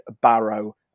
Barrow